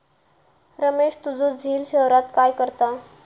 रमेश तुझो झिल शहरात काय करता?